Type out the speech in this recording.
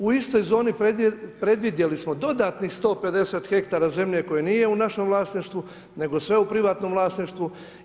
U istoj zoni predvidjeli smo dodatnih 150 hektara zemlje, koje nije u našem vlasništvu, nego sve u privatnom vlasništvu.